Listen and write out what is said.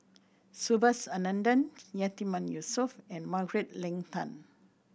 Subhas Anandan Yatiman Yusof and Margaret Leng Tan